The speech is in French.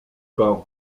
par